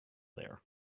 there